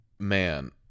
Man